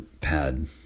pad